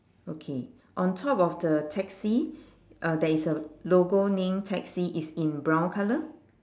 okay on top of the taxi uh there is a logo name taxi is in brown colour